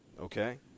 Okay